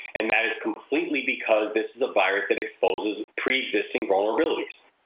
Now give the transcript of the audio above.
and that is completely because this is a virus that exposes preexisting vulnerabilities.